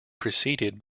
preceded